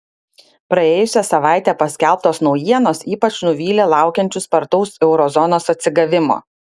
praėjusią savaitę paskelbtos naujienos ypač nuvylė laukiančius spartaus euro zonos atsigavimo